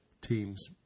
teams